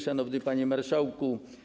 Szanowny Panie Marszałku!